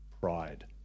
Pride